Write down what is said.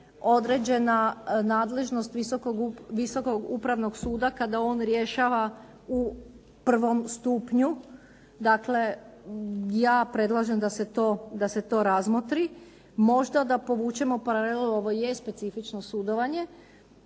određena nadležnost Visokog upravnog suda kada on rješava u prvom stupnju. Dakle, ja predlažem da se to razmotri. Možda da povučemo paralelu, ovo je specifično sudovanje.